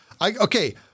okay